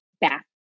Back